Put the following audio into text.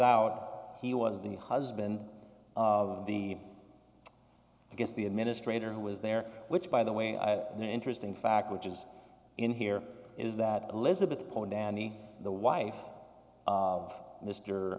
out he was the husband of the i guess the administrator who was there which by the way the interesting fact which is in here is that elizabeth cohen danny the wife of mr